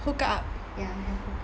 hook up